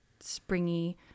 springy